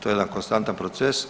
To je jedan konstantan proces,